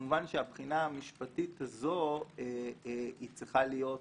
וכמובן שהבחינה המשפטית הזו צריכה להיות